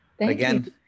Again